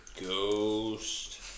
ghost